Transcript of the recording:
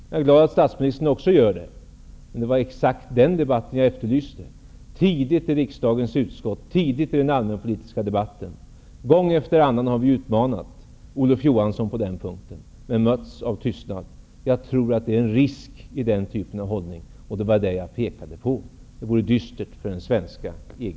Jag är glad att statsministern också för samtal, men det var exakt den debatten som jag efterlyste tidigt i riksdagens utskott och i den allmänpolitiska debatten. Gång efter gång har vi utmanat Olof Johansson på den punkten men mötts av tystnad. Det finns en risk i en sådan hållning, som jag pekade på. Det kan bli dystert för den svenska EG